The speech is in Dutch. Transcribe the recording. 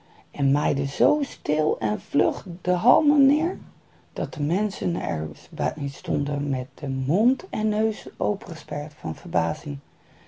en maaide zoo stil en vlug de halmen neer dat de menschen er bij stonden met mond en neus opengesperd van verbazing